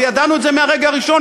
וידענו את זה מהרגע הראשון,